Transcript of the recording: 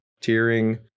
tearing